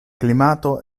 klimato